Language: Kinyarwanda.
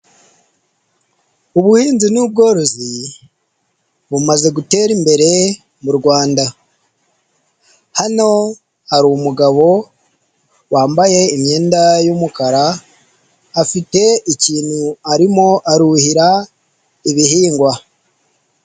Ubuhinzi n'ubworozi bumaze gutera imbere mu Rwanda, hano hari umugabo wambaye imyenda y'umukara afite ikintu arimo aruhira ibihingwa.